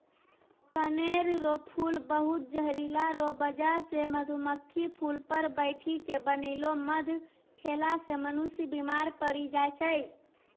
कनेर रो फूल बहुत जहरीला रो बजह से मधुमक्खी फूल पर बैठी के बनैलो मध खेला से मनुष्य बिमार पड़ी जाय छै